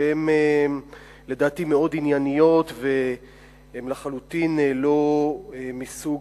ולדעתי הן מאוד ענייניות והן לחלוטין לא מסוג